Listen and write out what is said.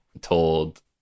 told